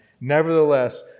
Nevertheless